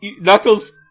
Knuckles